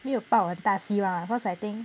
没有包很大的希望 lah cause I think